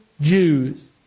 Jews